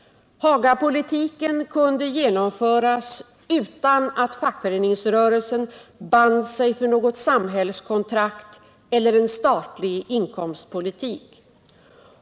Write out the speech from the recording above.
Hagapolitiken kunde genomföras utan att fackföreningsrörelsen band sig för något samhällskontrakt eller en statlig inkomstpolitik.